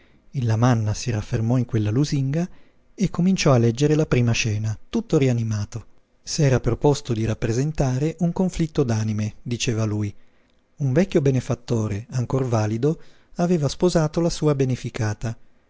il lamanna si raffermò in quella lusinga e cominciò a leggere la prima scena tutto rianimato s'era proposto di rappresentare un conflitto d'anime diceva lui un vecchio benefattore ancor valido aveva sposato la sua beneficata